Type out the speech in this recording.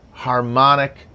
harmonic